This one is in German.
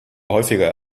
häufiger